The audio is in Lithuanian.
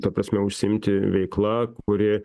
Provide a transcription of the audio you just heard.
ta prasme užsiimti veikla kuri